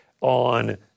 on